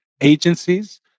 agencies